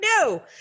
no